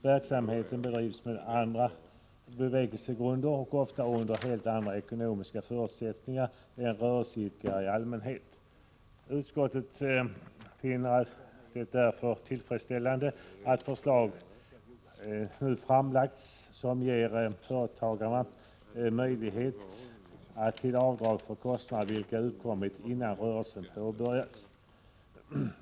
Verksamheten bedrivs med andra bevekelsegrunder och ofta under helt andra ekonomiska förutsättningar än vad som gäller för rörelseidkare i allmänhet. Utskottet finner det tillfredsställande att förslag nu framlagts som ger företagarna möjlighet till avdrag för kostnader vilka uppkommit innan rörelsen påbörjats.